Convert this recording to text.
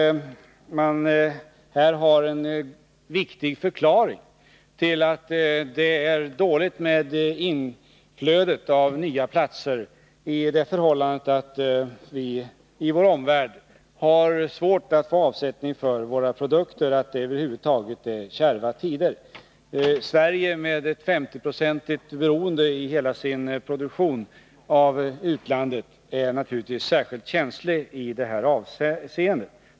Jag undrar om inte en viktig förklaring till att det är dåligt med inflödet av nya platser är den att det är svårt att i omvärlden få avsättning för våra produkter och att det över huvud taget är kärva tider. Sverige har när det gäller hela sin produktion ett 50-procentigt beroende av utlandet och är naturligtvis särskilt känsligt i detta avseende.